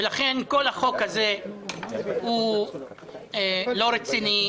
ולכן כל החוק הזה הוא לא רציני,